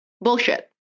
Bullshit